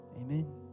Amen